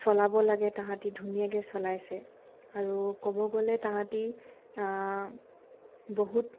চলাব লাগে তাহাঁতে ধুনীয়াকৈ চলাইছে আৰু ক'ব গ'লে তাহাঁতে বহুত